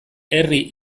herri